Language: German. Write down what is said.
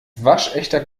waschechter